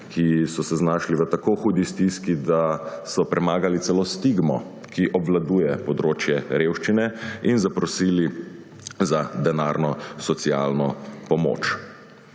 ki so se znašli v tako hudi stiski, da so premagali celo stigmo, ki obvladuje področje revščine, in zaprosili za denarno socialno pomoč.